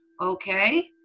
okay